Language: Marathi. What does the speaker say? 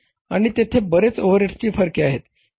आणि तेथे बरेच ओव्हरहेडची फरके आहेत ज्याची गणना केली जाऊ शकते